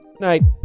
Night